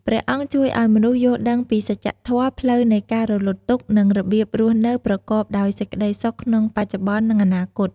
ព្រះអង្គជួយឱ្យមនុស្សយល់ដឹងពីសច្ចធម៌ ផ្លូវនៃការរំលត់ទុក្ខ និងរបៀបរស់នៅប្រកបដោយសេចក្តីសុខក្នុងបច្ចុប្បន្ន និងអនាគត។